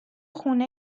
خونه